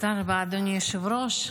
תודה רבה, אדוני היושב-ראש.